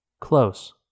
Close